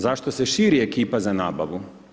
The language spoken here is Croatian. Zašto se širi ekipa za nabavu?